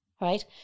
right